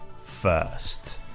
first